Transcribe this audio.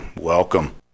welcome